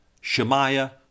Shemaiah